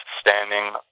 standing